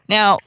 Now